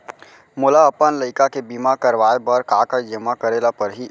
मोला अपन लइका के बीमा करवाए बर का का जेमा करे ल परही?